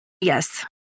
yes